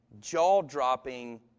jaw-dropping